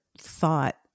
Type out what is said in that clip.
thought